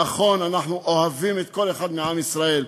נכון, אנחנו אוהבים כל אחד מעם ישראל.